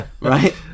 right